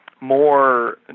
more